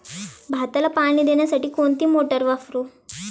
भाताला पाणी देण्यासाठी कोणती मोटार वापरू?